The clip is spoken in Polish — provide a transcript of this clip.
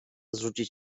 zrzucić